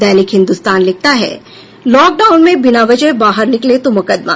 दैनिक हिन्दुस्तान लिखता है लॉकडाउन में बिना वजह बाहर निकले तो मुकदमा